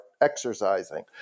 exercising